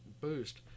boost